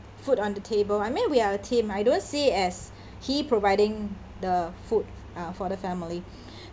food on the table I mean we are a team I don't see it as he providing the food uh for the family